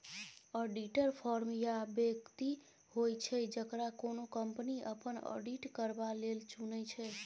auditor firm या बेकती होइ छै जकरा कोनो कंपनी अपन आडिट करबा लेल चुनै छै